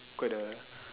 quite a